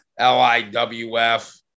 LIWF